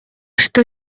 что